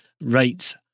rates